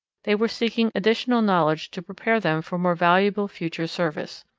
they were seeking additional knowledge to prepare them for more valuable future service.